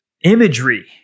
imagery